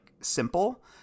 simple